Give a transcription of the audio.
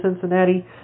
Cincinnati